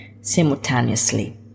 simultaneously